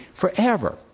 forever